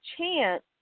chance